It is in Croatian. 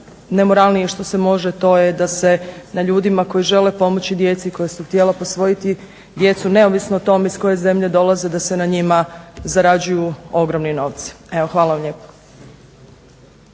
najnemoralnije što se može to je da se na ljudima koji žele pomoći djeci koja su htjela posvojiti djecu neovisno o tom iz koje zemlje dolaze da se na njima zarađuju ogromni novci. Evo hvala vam lijepa.